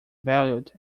valued